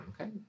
okay